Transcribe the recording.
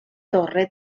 torre